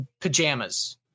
pajamas